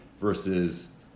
versus